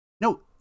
No